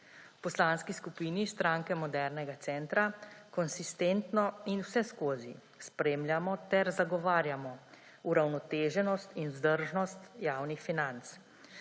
Poslanski skupini Stranke modernega centra konsistentno in vseskozi spremljamo ter zagovarjamo uravnoteženost in vzdržnost javnih financ.